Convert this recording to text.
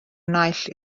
naill